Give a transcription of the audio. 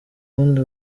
ubundi